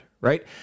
right